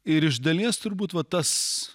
ir iš dalies turbūt va tas